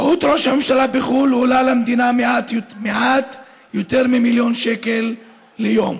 שהות ראש הממשלה בחו"ל עולה למדינה מעט יותר ממיליון שקל ליום.